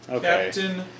Captain